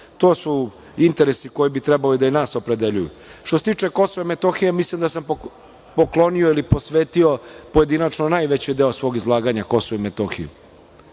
To su interesi koji bi trebalo da i nas opredeljuju. Što se tiče Kosova i Metohije, mislim da sam poklonio ili posvetio pojedinačno najveći deo svog izlaganja Kosovu i Metohiji,